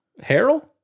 Harold